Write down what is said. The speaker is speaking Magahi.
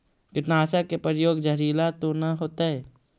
कीटनाशक के प्रयोग, जहरीला तो न होतैय?